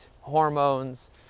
hormones